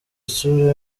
isura